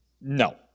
No